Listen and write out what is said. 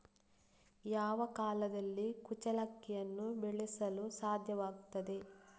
ಯಾವ ಕಾಲದಲ್ಲಿ ಕುಚ್ಚಲಕ್ಕಿಯನ್ನು ಬೆಳೆಸಲು ಸಾಧ್ಯವಾಗ್ತದೆ?